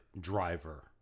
driver